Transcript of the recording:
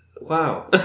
Wow